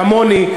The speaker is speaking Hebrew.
כמוני,